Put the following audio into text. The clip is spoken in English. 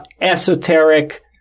esoteric